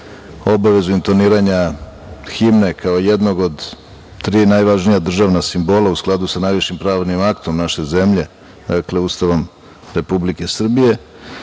obavezu intoniranja himne, kao jednog od tri najvažnija državna simbola, u skladu sa najvišim pravnim aktom naše zemlje, dakle Ustavom Republike Srbije.